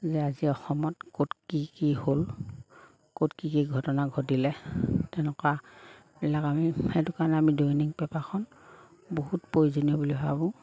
যে আজি অসমত ক'ত কি কি হ'ল ক'ত কি কি ঘটনা ঘটিলে তেনেকুৱাবিলাক আমি সেইটো কাৰণে আমি দৈনিক পেপাৰখন বহুত প্ৰয়োজনীয় বুলি ভাবোঁ